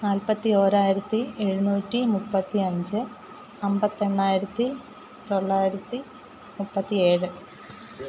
നാൽപ്പത്തി ഓരായിരത്തി എഴുന്നൂറ്റി മുപ്പത്തി അഞ്ച് അമ്പത്തെണ്ണായിരത്തി തൊള്ളായിരത്തി മുപ്പത്തി ഏഴ്